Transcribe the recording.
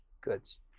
goods